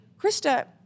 Krista